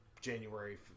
January